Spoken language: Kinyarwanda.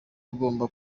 agomba